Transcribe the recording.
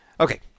Okay